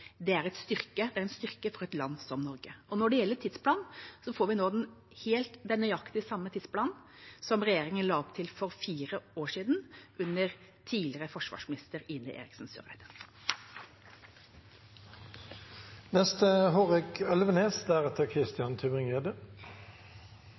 Det er en styrke for et land som Norge. Når det gjelder tidsplanen, får vi helt nøyaktig den samme tidsplanen som regjeringa la opp til for fire år siden under tidligere forsvarsminister Ine Eriksen